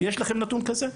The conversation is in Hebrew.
יש לכם נתון הזה?